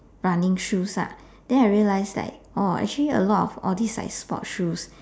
running shoes lah then I realised like oh a lot of all these like sport shoes